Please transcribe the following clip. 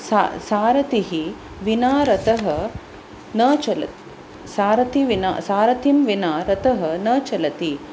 स सारथिः विना रथः न चलति सारथिः सारथिं विना रथः न चलति